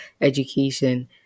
education